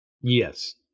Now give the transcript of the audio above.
Yes